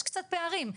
יש קצת פערים.